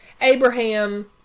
Abraham